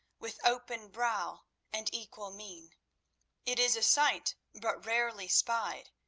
with open brow and equal mien it is a sight but rarely spied,